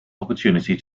opportunity